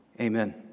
Amen